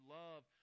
love